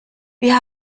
wir